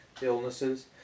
illnesses